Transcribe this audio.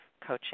coaching